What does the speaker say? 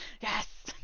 yes